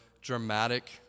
dramatic